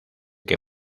que